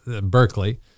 Berkeley